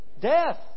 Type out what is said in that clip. death